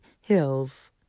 hills